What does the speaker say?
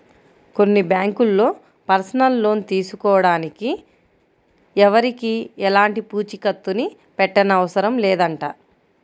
కొన్ని బ్యాంకుల్లో personal loan తీసుకోడానికి ఎవరికీ ఎలాంటి పూచీకత్తుని పెట్టనవసరం లేదంట